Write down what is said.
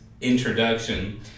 introduction